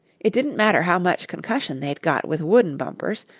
it didn't matter how much concussion they got with wooden bumpers,